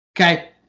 Okay